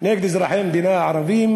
נגד אזרחי המדינה הערבים